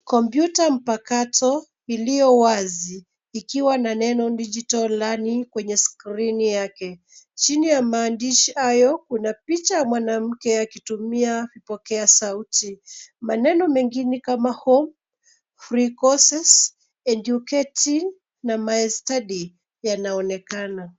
Kompyuta mpakato iliyo wazi ikiwa na neno Digital Learning kwenye skrini yake. Chini ya maandishi hayo kuna picha ya mwanamke akitumia kipokea ya sauti. Maneno mengine kama hope , free courses , educating na my study yanaonekana.